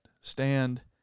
stand